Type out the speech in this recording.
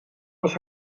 was